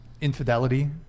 infidelity